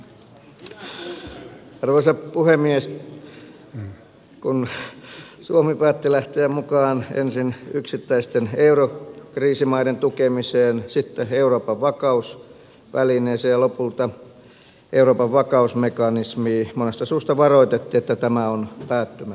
kun suomi päätti lähteä mukaan ensin yksittäisten eurokriisimaiden tukemiseen sitten euroopan vakausvälineeseen ja lopulta euroopan vakausmekanismiin monesta suusta varoitettiin että tämä on päättymätön tie